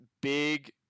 big